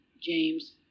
James